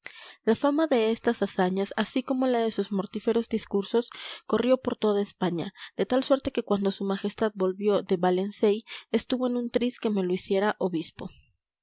la fama de estas hazañas así como la de sus mortíferos discursos corrió por toda españa de tal suerte que cuando su majestad volvió de valencey estuvo en un tris que me lo hiciera obispo